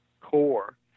core